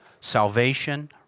Salvation